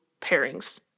pairings